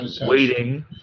waiting